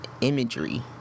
imagery